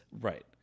Right